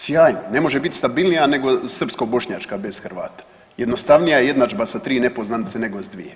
Sjajno, ne može bit stabilnija nego srpsko-bošnjačka bez Hrvata., jednostavnija je jednadžba sa 3 nepoznanice nego s dvije.